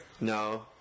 No